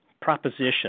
proposition